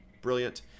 brilliant